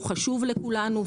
הוא חשוב לכולנו,